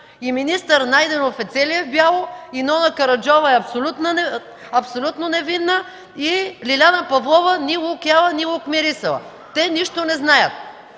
И министър Найденов е целият в бяло, и Нона Караджова е абсолютно невинна, и Лиляна Павлова – ни лук яла, ни лук мирисала. Те нищо не знаят.